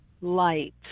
light